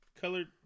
colored